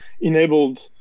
enabled